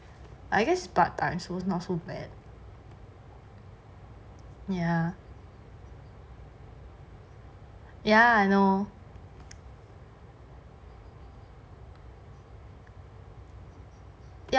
I guess is part time so is not so bad ya I know